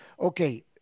Okay